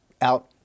out